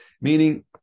Meaning